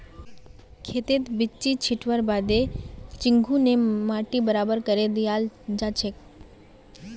खेतत बिच्ची छिटवार बादे चंघू ने माटी बराबर करे दियाल जाछेक